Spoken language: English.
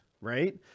right